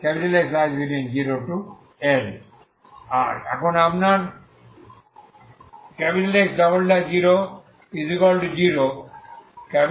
এবং আপনার X00XL0 আছে